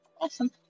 Awesome